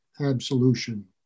absolution